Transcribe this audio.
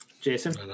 Jason